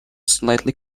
slightly